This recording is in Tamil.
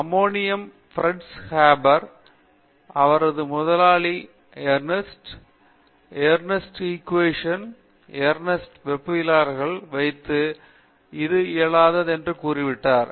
அம்மோனியா தொகுப்பு ஃபிரிட்ஸ் ஹேபர் அவரது முதலாளி எர்னஸ்ட் எர்னஸ்ட் இகுவேஷன் எர்னெஸ்ட் வெப்பவியக்கவியலாளர்களை வைத்து அது இயலாதது என்று கூறினார்